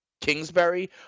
Kingsbury